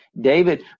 David